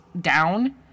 down